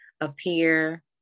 appear